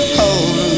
hold